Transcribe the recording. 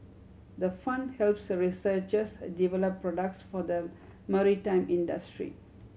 the fund helps researchers develop products for the maritime industry